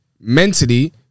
Mentally